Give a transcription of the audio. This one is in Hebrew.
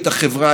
תבחרו